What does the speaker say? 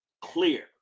Clear